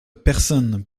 personne